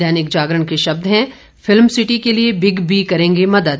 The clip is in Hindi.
दैनिक जागरण के शब्द हैं फिल्म सिटी के लिये बिग बी करेंगे मदद